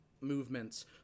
movements